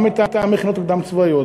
גם את המכינות הקדם-צבאיות,